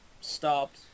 stopped